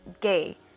gay